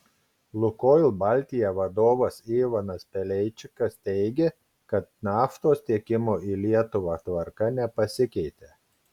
lukoil baltija vadovas ivanas paleičikas teigė kad naftos tiekimo į lietuvą tvarka nepasikeitė